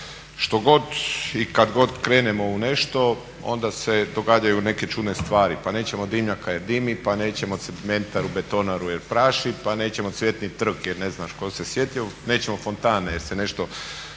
Što god i kad god krenemo u nešto onda se događaju neke čudne stvari, pa nećemo dimnjaka jer dimi, pa nećemo cementaru betonaru jer praši, pa nećemo Cvjetni trg jer ne znaš tko se sjetio, nećemo fontane jer se nešto.